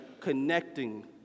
connecting